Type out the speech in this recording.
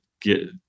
get